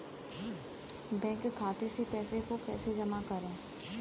Bank खाते से पैसे को कैसे जमा करें?